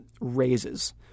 raises